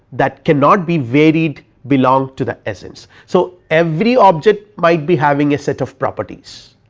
that cannot be varied belong to the essence. so every object might be having a set of properties,